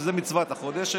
שזו מצוות החודש?